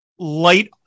Light